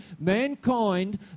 Mankind